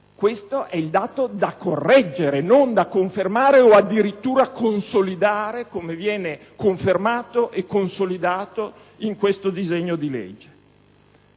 questo è il dato da correggere, non da confermare o addirittura da consolidare, come viene confermato e consolidato nel disegno di legge